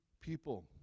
people